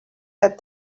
that